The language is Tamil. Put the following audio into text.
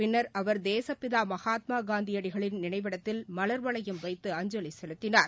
பின்னர் அவர் தேசப்பிதா மகாத்மா காந்தியடிகளின் நினைவிடத்தில் மலர் வளையம் வைத்து அஞ்சலி செலுத்தினார்